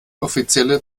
offizielle